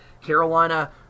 Carolina